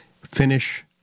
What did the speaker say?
Finish